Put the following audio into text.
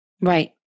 Right